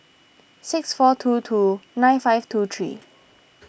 six four two two nine five two three